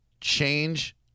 Change